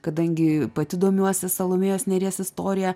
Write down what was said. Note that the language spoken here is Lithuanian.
kadangi pati domiuosi salomėjos nėries istorija